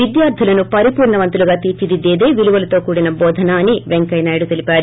విద్యార్గులకు పరిపూర్ణవంతంగా తీర్పిదిద్దేదే విలువలతో కూడిన బోధన పెంకయ్యనాయుడు తెలిపారు